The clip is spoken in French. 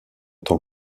tant